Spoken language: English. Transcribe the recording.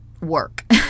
work